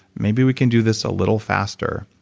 maybe we can do this a little faster,